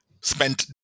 spent